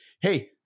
Hey